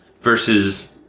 versus